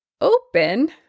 open